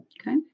Okay